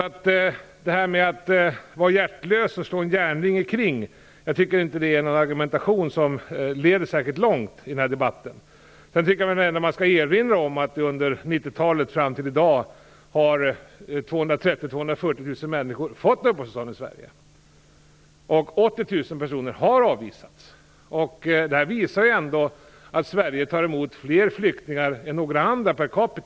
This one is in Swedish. Att säga att vi skulle vara hjärtlösa och slå en järnring kring oss tycker jag inte är någon argumenation som leder särskilt långt i denna debatt. Jag vill erinra om att under 1990-talet fram till i dag har Sverige och 80 000 har avvisats. Detta visar att Sverige tar emot fler flyktingar per capita än något annat land.